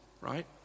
right